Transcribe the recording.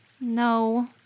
no